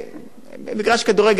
זה בדרך ילדי עניים, בכדורגל,